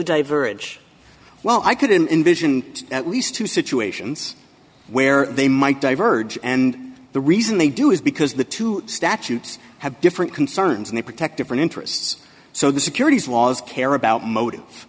two diver edge well i couldn't envision at least two situations where they might diverged and the reason they do is because the two statutes have different concerns and they protect different interests so the securities laws care about motive